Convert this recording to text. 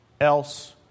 else